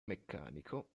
meccanico